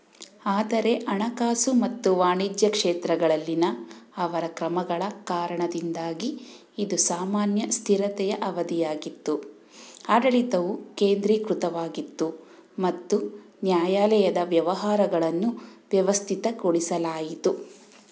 ಆದರೆ ಹಣಕಾಸು ಮತ್ತು ವಾಣಿಜ್ಯ ಕ್ಷೇತ್ರಗಳಲ್ಲಿನ ಅವರ ಕ್ರಮಗಳ ಕಾರಣದಿಂದಾಗಿ ಇದು ಸಾಮಾನ್ಯ ಸ್ಥಿರತೆಯ ಅವಧಿಯಾಗಿತ್ತು ಆಡಳಿತವು ಕೇಂದ್ರೀಕೃತವಾಗಿತ್ತು ಮತ್ತು ನ್ಯಾಯಾಲಯದ ವ್ಯವಹಾರಗಳನ್ನು ವ್ಯವಸ್ಥಿತಗೊಳಿಸಲಾಯಿತು